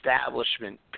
establishment